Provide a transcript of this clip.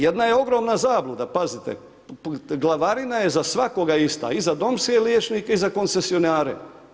Jedna je ogromna zabluda, pazite, glavarina je za svakoga ista i za domske liječnike i za koncesionare.